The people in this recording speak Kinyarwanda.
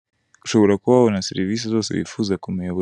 Ushobora kuba wabona serivisi zose wifuza kumuyobo.